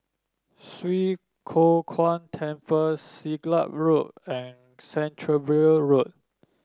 Swee Kow Kuan Temple Siglap Road and Canterbury Road